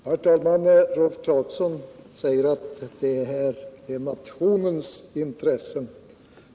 Herr talman! Rolf Clarkson säger att det här handlar om nationens intressen.